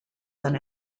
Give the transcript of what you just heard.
than